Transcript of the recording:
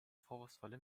vorwurfsvolle